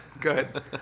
Good